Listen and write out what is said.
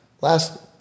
last